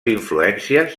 influències